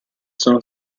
sono